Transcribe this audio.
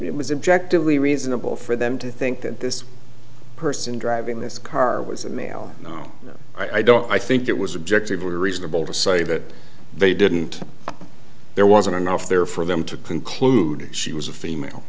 be reasonable for them to think that this person driving this car was a male no i don't i think it was objective or reasonable to say that they didn't there wasn't enough there for them to conclude she was a female